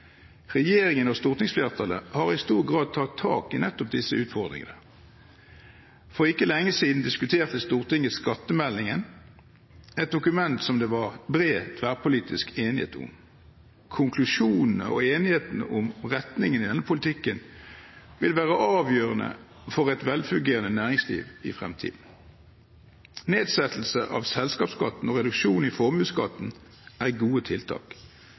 Regjeringen og stortingsflertallet har i stor grad tatt tak i nettopp disse utfordringene. For ikke lenge siden diskuterte Stortinget skattemeldingen, et dokument som det var bred, tverrpolitisk enighet om. Konklusjonene og enigheten om retningen i denne politikken vil være avgjørende for et velfungerende næringsliv i fremtiden. Nedsettelse av selskapsskatten og reduksjon i formuesskatten er gode tiltak.